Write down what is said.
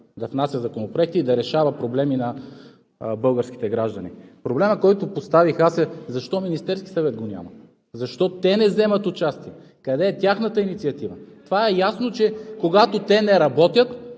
да внася законопроекти и да решава проблеми на българските граждани. Проблемът, който поставих аз, е: защо Министерският съвет го няма? Защо те не вземат участие? Къде е тяхната инициатива? Това е ясно, че, когато те не работят,